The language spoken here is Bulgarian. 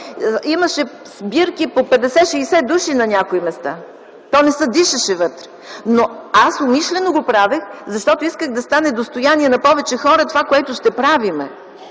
Имаше сбирки по 50-60 души на някои места, не се дишаше вътре. Аз го правех умишлено, защото исках да стане достояние на повече хора това, което ще правим.